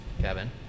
Kevin